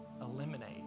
eliminate